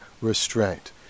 restraint